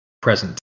present